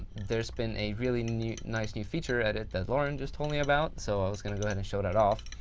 there's been a really nice new feature added that lauren just told me about. so, i was going to go ahead and show that off.